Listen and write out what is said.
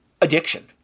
addiction